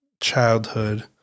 childhood